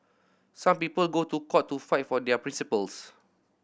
some people go to court to fight for their principles